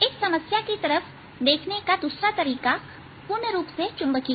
इस समस्या की तरफ देखने का दूसरा तरीका पूर्ण रूप से चुंबकीय है